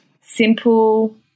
simple